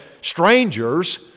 strangers